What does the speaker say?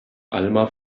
alma